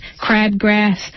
crabgrass